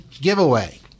giveaway